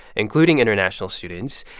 including international students,